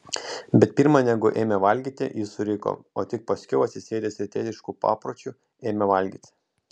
bet pirma negu ėmė valgyti jis suriko o tik paskiau atsisėdęs rytietišku papročiu ėmė valgyti